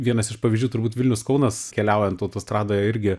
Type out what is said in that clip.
vienas iš pavyzdžių turbūt vilnius kaunas keliaujant autostradoje irgi